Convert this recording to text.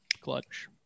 clutch